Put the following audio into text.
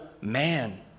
man